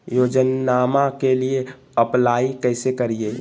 योजनामा के लिए अप्लाई कैसे करिए?